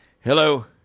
Hello